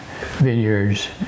Vineyards